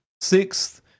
sixth